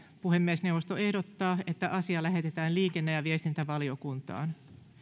puhemiesneuvosto ehdottaa että asia lähetetään liikenne ja viestintävaliokuntaan